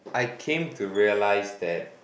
I came to realise that